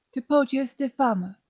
typotius de fama,